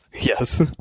Yes